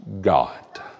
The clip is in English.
God